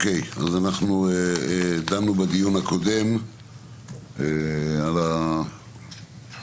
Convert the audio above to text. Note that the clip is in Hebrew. בדיון הקודם הועלו